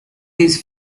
these